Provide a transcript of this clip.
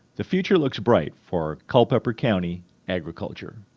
the future looks bright for culpeper county agriculture.